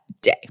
day